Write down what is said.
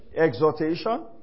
Exhortation